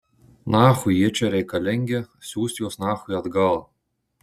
nachui jie čia reikalingi siųst juos nachui atgal